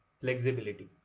flexibility